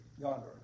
yonder